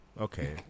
Okay